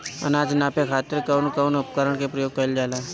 अनाज नापे खातीर कउन कउन उपकरण के प्रयोग कइल जाला?